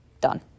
Done